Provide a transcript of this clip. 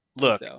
Look